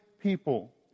people